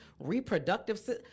reproductive